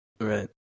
Right